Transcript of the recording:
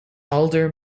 alder